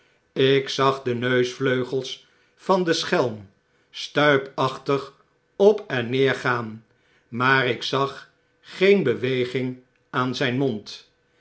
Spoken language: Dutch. ik zag de neusvleugels van den schelm stuipachtig op en neer gaan maar ik zag geen beweging aan zyn mond